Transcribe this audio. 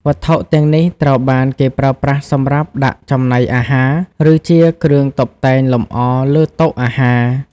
វត្ថុទាំងនេះត្រូវបានគេប្រើប្រាស់សម្រាប់ដាក់ចំណីអាហារ ឬជាគ្រឿងតុបតែងលម្អលើតុអាហារ។